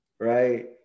Right